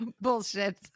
Bullshit